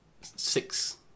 six